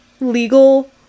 legal